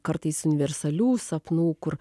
kartais universalių sapnų kur